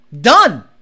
Done